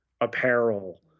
apparel